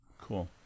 Cool